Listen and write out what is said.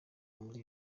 muri